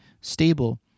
stable